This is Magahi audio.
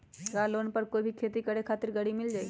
का लोन पर कोई भी खेती करें खातिर गरी मिल जाइ?